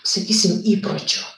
sakysim įpročių